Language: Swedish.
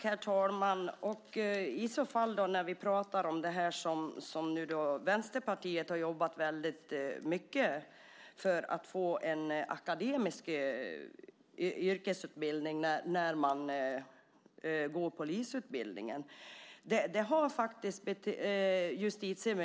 Herr talman! När vi talar om polisutbildningen har ju Vänsterpartiet jobbat hårt för att få en akademisk yrkesutbildning för polisen.